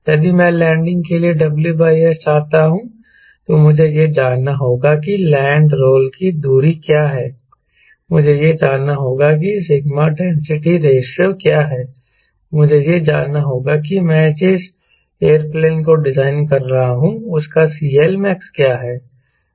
यदि मैं लैंडिंग के लिए WS चाहता हूं तो मुझे यह जानना होगा कि लैंड रोल की दूरी क्या है मुझे यह जानना होगा कि सिग्मा डेंसिटी रेशों क्या है मुझे यह जानना होगा कि मैं जिस एयरप्लेन को डिजाइन कर रहा हूं उसका CLmax क्या है